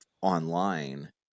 online